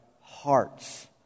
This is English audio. hearts